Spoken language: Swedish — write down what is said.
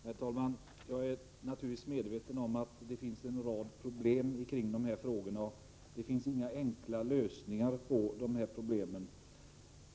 Herr talman! Jag är naturligtvis medveten om att det finns en rad problem kring dessa frågor, och det finns inga enkla lösningar på dessa problem.